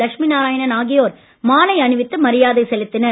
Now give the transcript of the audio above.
லட்சுமி நாராயணன் ஆகியோர் மாலை அணிவித்து மரியாதை செலுத்தினர்